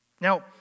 Now